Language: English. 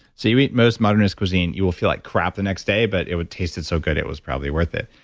so you eat most modernist cuisine, you will feel like crap the next day, but it would taste so good. it was probably worth it.